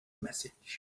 message